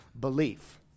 belief